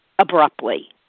abruptly